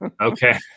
Okay